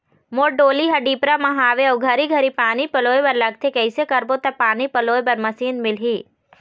मोर डोली हर डिपरा म हावे अऊ घरी घरी पानी पलोए बर लगथे कैसे करबो त पानी पलोए बर मशीन मिलही?